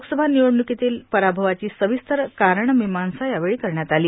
लोकसभा निवडणुकीतल्या पराभवाची सविस्तर कारणमीमांसा यावेळी करण्यात आली